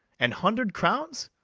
an hundred crowns?